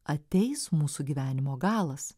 ateis mūsų gyvenimo galas